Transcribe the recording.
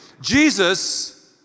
Jesus